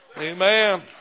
Amen